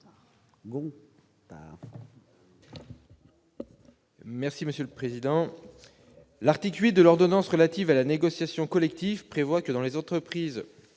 M. Guillaume Gontard. L'article 8 de l'ordonnance relative à la négociation collective prévoit que, dans les entreprises